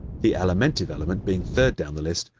the alimentive element, being third down the list,